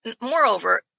moreover